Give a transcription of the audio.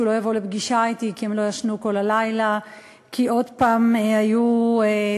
לא יבוא לפגישה אתי כי הם לא ישנו כל הלילה כי עוד הפעם היו טילים,